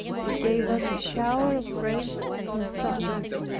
he gave us a shower of fresh insults.